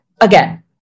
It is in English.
again